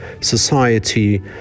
society